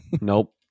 Nope